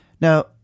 Now